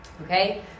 Okay